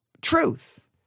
truth